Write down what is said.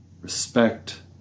respect